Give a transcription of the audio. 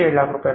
यह 150000 है